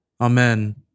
Amen